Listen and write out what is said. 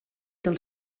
del